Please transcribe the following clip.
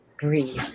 Breathe